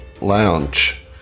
Lounge